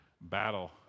battle